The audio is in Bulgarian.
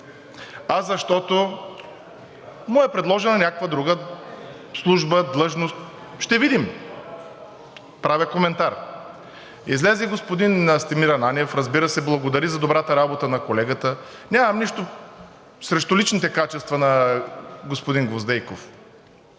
а защото му е предложена някаква друга служба, длъжност. Ще видим. Правя коментар. Излезе господин Настимир Ананиев, разбира се, благодари за добрата работа на колегата. Нямам нищо срещу личните качества на господин Гвоздейков,